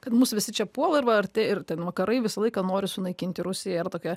kad mus visi čia puola ir va arti ir vakarai visą laiką nori sunaikinti rusiją ar tokia